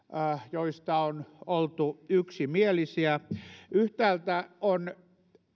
joista on oltu yksimielisiä yhtäältä on